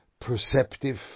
perceptive